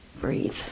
Breathe